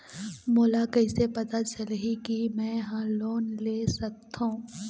मोला कइसे पता चलही कि मैं ह लोन ले सकथों?